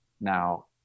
Now